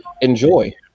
enjoy